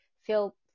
feel